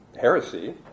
heresy